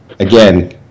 Again